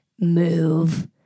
Move